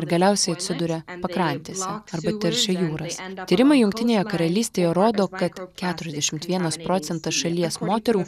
ir galiausiai atsiduria pakrantėse arba teršia jūras tyrimai jungtinėje karalystėje rodo kad keturiasdešimt vienas procentas šalies moterų